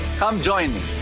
come, join me.